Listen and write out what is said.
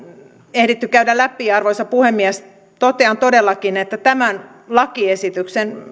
ehditty käydä läpi arvoisa puhemies totean että tämän lakiesityksen